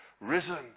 risen